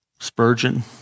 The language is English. Spurgeon